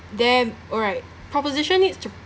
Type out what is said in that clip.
them alright proposition needs to